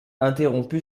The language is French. interrompu